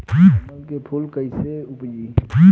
कमल के फूल कईसे उपजी?